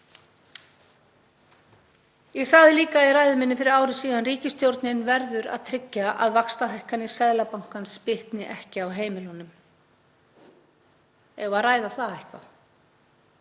Ég sagði líka í ræðu minni fyrir ári: Ríkisstjórnin verður að tryggja að vaxtahækkanir Seðlabankans bitni ekki á heimilunum. Eigum við að ræða það eitthvað?